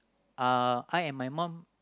uh I and my mum